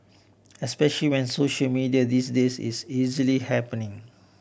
especial when social media these days it's easily happening